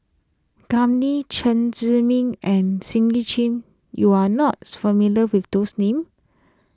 Kam Ning Chen Zhiming and Cindy Chin you are not familiar with those names